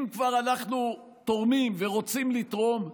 אם כבר אנחנו תורמים ורוצים לתרום,